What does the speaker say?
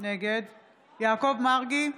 נגד יעקב מרגי,